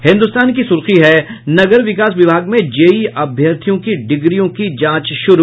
हिन्दुस्तान की सुर्खी है नगर विकास विभाग में जेई अभ्यार्थियों की डिग्रियों की जांच शुरू